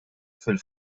fil